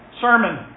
sermon